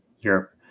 Europe